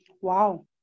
Wow